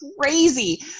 crazy